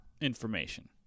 information